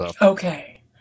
okay